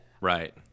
right